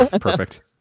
Perfect